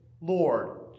Lord